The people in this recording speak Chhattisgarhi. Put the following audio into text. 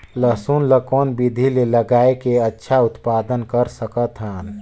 लसुन ल कौन विधि मे लगाय के अच्छा उत्पादन कर सकत हन?